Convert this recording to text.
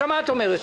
אז מה את אומרת?